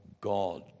God